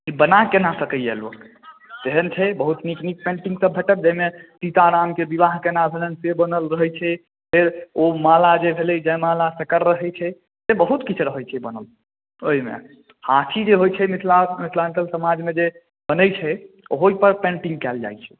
ई बना केना सकैए लोक तेहन छै बहुत नीक नीक पेन्टिंग सब भेटत जइमे सीता रामके विवाह केना भेलनि से बनल रहै छै फेर ओ माला जे भेलै जयमाला तकर रहै छै से बहुत किछु रहै छै बनल ओहिमे आ अथी जे होइ छै मिथिला मिथिलांचल समाजमे जे बनै छै ओहो पर पेन्टिंग कयल जाइ छै